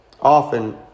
often